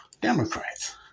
Democrats